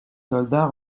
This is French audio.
soldats